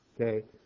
Okay